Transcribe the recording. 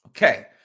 Okay